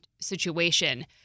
situation